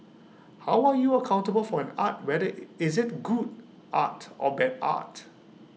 how are you accountable for an art whether is IT good art or bad art